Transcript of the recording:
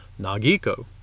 Nagiko